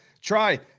try